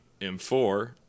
M4